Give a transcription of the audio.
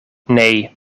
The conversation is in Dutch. nee